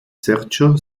sergio